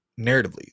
narratively